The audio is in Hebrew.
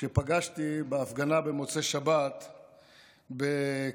שפגשתי בהפגנה במוצאי שבת בקפלן.